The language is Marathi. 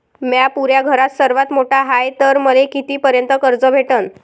म्या पुऱ्या घरात सर्वांत मोठा हाय तर मले किती पर्यंत कर्ज भेटन?